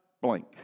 blank